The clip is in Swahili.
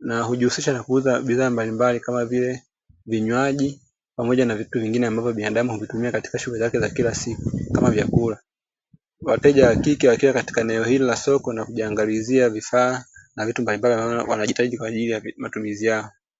na hujijihusisha na kuuzaji bidhaa mbalimbali kama vile vinywaji na pamoja vitu vingine ambavyo binadamu huvitumia katika shughuli zake za kila siku kama vyakula, wateja wakike wakiwa katika eneo hili la soko na wakijiangalizia vifaa na vitu mbalimbali wanahitaji matumizi yao.